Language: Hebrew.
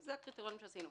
זה הקריטריונים שעשינו.